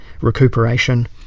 recuperation